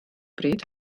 bryd